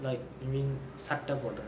like you mean சட்ட போடுற:satta podura